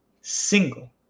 single